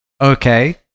okay